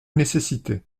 nécessité